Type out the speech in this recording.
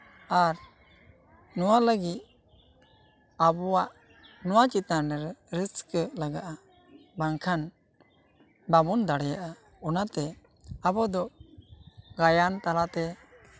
ᱟᱨ ᱱᱚᱣᱟ ᱞᱟᱹᱜᱤᱫ ᱟᱵᱚᱣᱟᱜ ᱱᱚᱣᱟ ᱪᱮᱛᱟᱱ ᱨᱮ ᱨᱟᱹᱥᱠᱟᱹ ᱞᱟᱜᱟᱜᱼᱟ ᱵᱟᱝᱠᱷᱟᱱ ᱵᱟᱵᱚᱱ ᱫᱟᱲᱮᱭᱟᱜᱼᱟ ᱚᱱᱟᱛᱮ ᱟᱵᱚ ᱫᱚ ᱜᱟᱭᱟᱱ ᱛᱟᱞᱟᱛᱮ